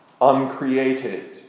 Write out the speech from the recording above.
uncreated